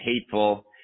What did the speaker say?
hateful